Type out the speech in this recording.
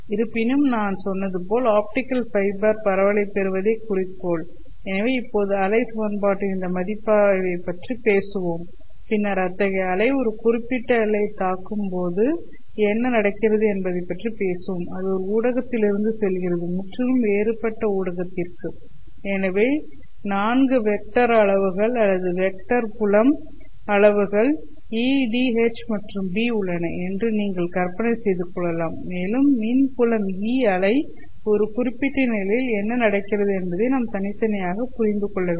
இருப்பினும் நான் சொன்னது போல் ஆப்டிகல் ஃபைபர் பரவலைப் பெறுவதே குறிக்கோள் எனவே இப்போது அலை சமன்பாட்டின் இந்த மதிப்பாய்வைப் பற்றி பேசுவோம் பின்னர் அத்தகைய அலை ஒரு குறிப்பிட்ட எல்லையைத் தாக்கும் போது என்ன நடக்கிறது என்பதைப் பற்றி பேசுவோம் அது ஒரு ஊடகத்திலிருந்து செல்கிறது முற்றிலும் வேறுபட்ட ஊடகத்திற்கு எனவே 4 வெக்டர் அளவுகள் அல்லது வெக்டர் புலம் அளவுகள் E' D' H' மற்றும் B' உள்ளன என்று நீங்கள் கற்பனை செய்து கொள்ளலாம் மேலும் மின் புலம் E' அலை ஒரு குறிப்பிட்ட நிலையில் என்ன நடக்கிறது என்பதை நாம் தனித்தனியாக புரிந்து கொள்ள வேண்டும்